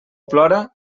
plora